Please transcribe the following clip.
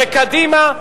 שקדימה,